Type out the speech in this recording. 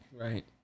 Right